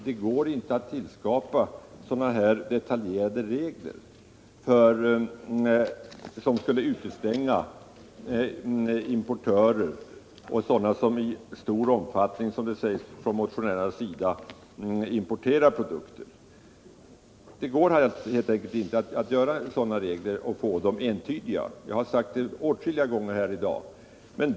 Det går inte att tillskapa detaljerade regler, som skulle utestänga importörer och sådana som i stor omfattning — som det sägs från motionärernas sida — importerar produkter. Det går helt enkelt inte att fastställa sådana regler och få dem entydiga. Jag har sagt det åtskilliga gånger här i dag.